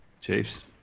Chiefs